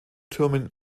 türmen